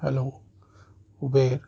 hello Uber